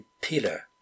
pillar